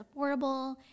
affordable